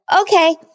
okay